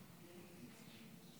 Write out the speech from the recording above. אדוני היושב-ראש,